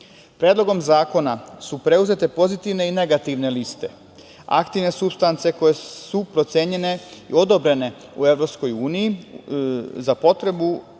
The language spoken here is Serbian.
zakona su preuzete pozitivne i negativne liste, aktivne supstance koje su procenjene i odobrene u EU za potrebe